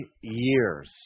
years